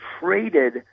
traded